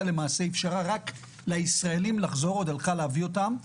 ואפשרה רק לישראלים לחזור ואך הלכה להביא אותם.